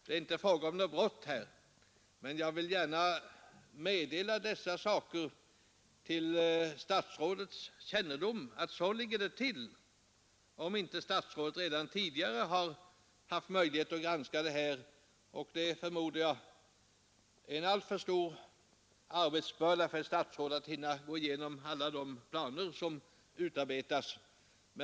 Det är inte fråga om något brott här, men jag vill gärna bringa till statsrådets kännedom att så ligger det till om inte statsrådet redan tidigare har haft möjlighet att granska det här, men jag förmodar att det skulle vara en alltför stor arbetsbörda för ett statsråd att gå igenom alla de planer som utarbetas.